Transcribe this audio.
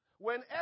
Whenever